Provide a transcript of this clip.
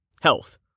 health